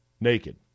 naked